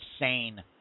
insane